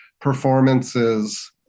performances